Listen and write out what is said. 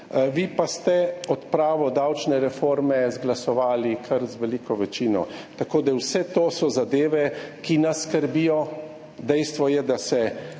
vi pa ste odpravo davčne reforme izglasovali kar z veliko večino. Tako da vse to so zadeve, ki nas skrbijo. Dejstvo je, da